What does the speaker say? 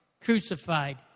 crucified